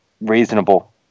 reasonable